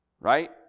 Right